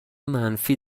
منفی